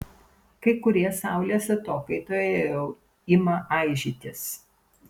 kai kurie saulės atokaitoje jau ima aižytis